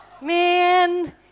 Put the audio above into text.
Man